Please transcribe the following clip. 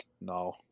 No